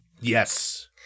Yes